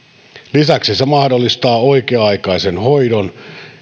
lisäksi se mahdollistaa oikea aikaisen hoidon